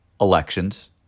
elections